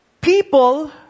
people